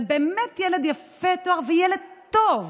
זה באמת ילד יפה תואר וילד טוב.